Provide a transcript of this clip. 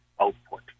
output